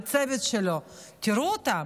לצוות שלו: תראו אותם.